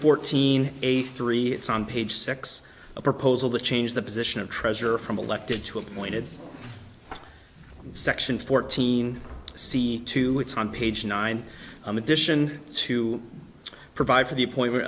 fourteen eighty three it's on page six a proposal to change the position of treasurer from elected to appointed section fourteen c two it's on page nine i'm addition to provide for the appoint